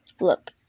Look